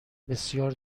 بسیار